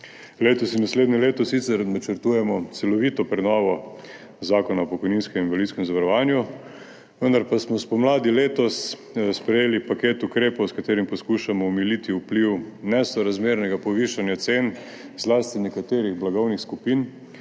Letos in naslednje leto sicer načrtujemo celovito prenovo Zakona o pokojninskem in invalidskem zavarovanju, vendar pa smo spomladi letos sprejeli paket ukrepov, s katerim poskušamo omiliti vpliv nesorazmernega povišanja cen, zlasti nekaterih blagovnih skupin,